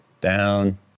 down